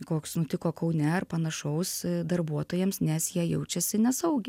koks nutiko kaune ar panašaus darbuotojams nes jie jaučiasi nesaugiai